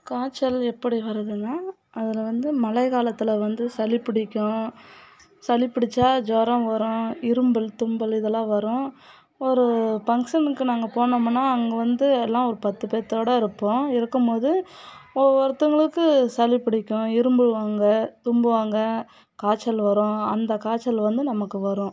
காய்ச்சல் எப்படி வருதுன்னால் அதில் வந்து மழை காலத்தில் வந்து சளி பிடிக்கும் சளி பிடிச்சா ஜூரம் வரும் இரும்மல் தும்மல் இதெல்லாம் வரும் ஒரு பங்க்ஷனுக்கு நாங்கள் போனமுன்னால் அங்கே வந்து எல்லாம் ஒரு பத்து பேர்த்தோடு இருப்போம் இருக்கும் போது ஒவ்வொருத்தர்களுக்கு சளி பிடிக்கும் இரும்முவாங்க தும்முவாங்க காய்ச்சல் வரும் அந்த காய்ச்சல் வந்து நமக்கு வரும்